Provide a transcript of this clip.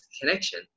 connection